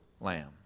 lamb